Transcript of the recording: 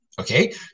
Okay